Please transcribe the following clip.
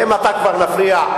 ואם אתה כבר מפריע,